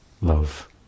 love